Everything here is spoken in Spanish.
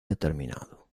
determinado